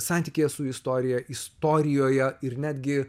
santykyje su istorija istorijoje ir netgi